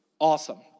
awesome